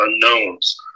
unknowns